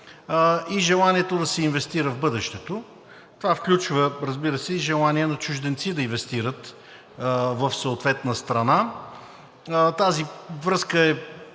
и желанието да се инвестира в бъдещето. Разбира се, това включва и желание на чужденци да инвестират в съответна страна. Тази връзка